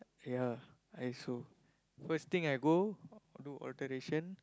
yeah I also first thing I go do alteration